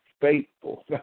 faithful